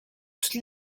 toutes